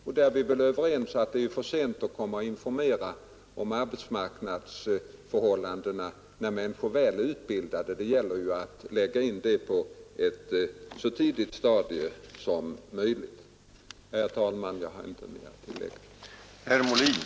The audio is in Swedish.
Vi är säkert alla överens om att det är för sent att informera om arbetsmarknadsförhållandena när människor redan är utbildade; det gäller ju att lämna informationen på ett så tidigt stadium som möjligt. Herr talman! Jag har inte mer att tillägga.